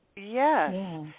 Yes